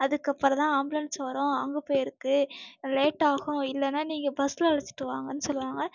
அதுக்கப்பறந்தான் ambulance வரும் அங்கே போயிருக்குது லேட்டாகும் இல்லைன்னா நீங்கள் பஸ்ல அழைச்சிட்டு வாங்கன்னு சொல்லுவாங்க